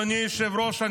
אדוני היושב-ראש,